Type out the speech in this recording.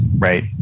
Right